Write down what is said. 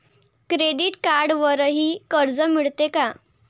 Credit कार्डवरही कर्ज मिळते का?